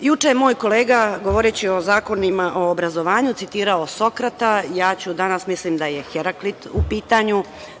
Juče je moj kolega, govoreći o zakonima o obrazovanju, citirao Sokrata, a ja ću danas, mislim da je Heraklit u pitanju,